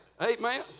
Amen